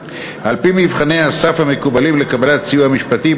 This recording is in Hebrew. על-פי מבחני הסף המקובלים לקבלת סיוע משפטי,